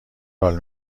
حال